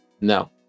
No